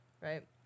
right